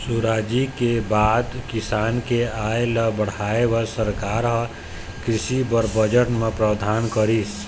सुराजी के बाद किसान के आय ल बढ़ाय बर सरकार ह कृषि बर बजट म प्रावधान करिस